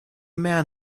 man